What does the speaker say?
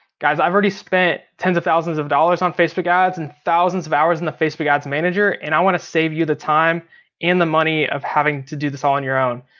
guys, i've already spent tens of thousands of dollars on facebook ads, and thousands of hours in the facebook ads manager. and i wanna save you the time and the money of having to do this on your own.